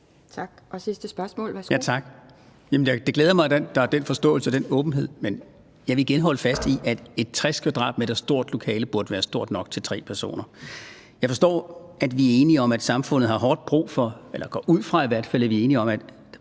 17:41 Nils Sjøberg (RV): Tak. Det glæder mig, at der er den forståelse og den åbenhed, men jeg vil igen holde fast i, at et 60 m² stort lokale burde være stort nok til tre personer. Jeg forstår, at vi er enige om – eller jeg går i hvert fald ud fra, at vi er enige om det